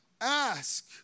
Ask